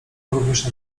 również